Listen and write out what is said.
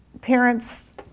parents